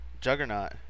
Juggernaut